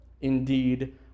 Indeed